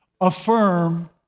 affirm